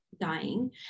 dying